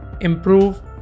improve